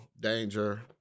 Danger